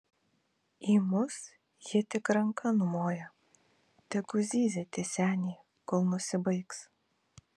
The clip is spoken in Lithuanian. į mus ji tik ranka numoja tegu zyzia tie seniai kol nusibaigs